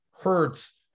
hurts